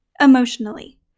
emotionally